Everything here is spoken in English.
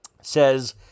says